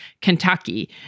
Kentucky